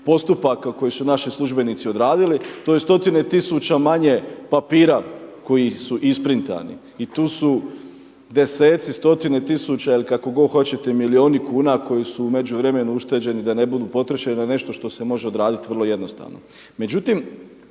postupaka koje su naši službenici odradili. To je stotine tisuća manje papira koji su isprintani i tu su deseci, stotine tisuća ili kako god hoćete milijuni kuna koji su u međuvremenu ušteđeni da ne budu potrošeni na nešto što se može odradit vrlo jednostavno.